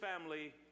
family